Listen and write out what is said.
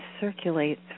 circulate